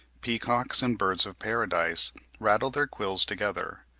peacocks and birds of paradise rattle their quills together.